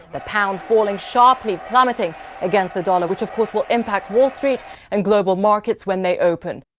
the pound falling sharply, plummeting against the dollar which of course will impact wall street and global markets when they open.